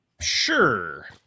sure